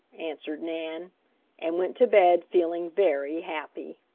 answered nan and went to bed feeling very happy.